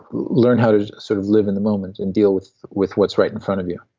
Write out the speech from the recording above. learn how to sort of live in the moment, and deal with with what's right in front of you,